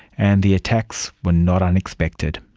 and the attacks were not unexpected.